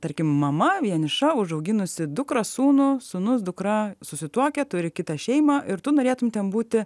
tarkim mama vieniša užauginusi dukrą sūnų sūnus dukra susituokę turi kitą šeimą ir tu norėtumei būti